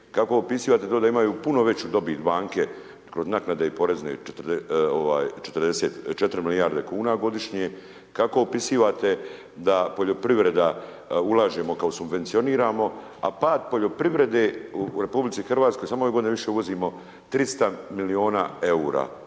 Kako opisivate to da imaju puno veću dobit banke kroz naknade i poreze, 4 milijarde kuna godišnje? Kako opisivate da poljoprivreda, ulažemo kao subvencioniramo a pad poljoprivrede u RH, samo ove godine više uvozimo, 300 milijuna eura